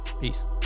Peace